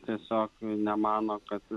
tiesiog nemano kad